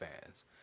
fans